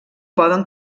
poden